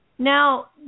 Now